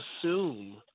assume